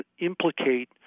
implicate